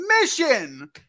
mission